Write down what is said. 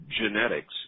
genetics